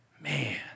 Man